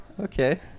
Okay